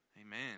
Amen